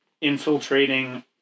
infiltrating